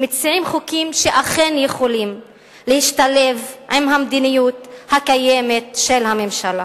מציעים חוקים שאכן יכולים להשתלב עם המדיניות הקיימת של הממשלה.